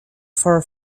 far